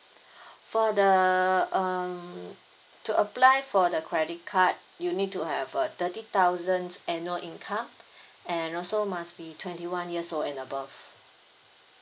for the um to apply for the credit card you need to have a thirty thousands annual income and also must be twenty one years old and above